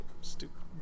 stupid